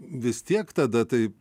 vis tiek tada tai